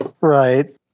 right